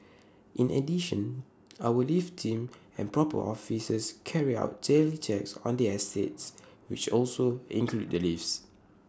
in addition our lift team and proper officers carry out daily checks on the estates which also include the lifts